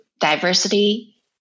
diversity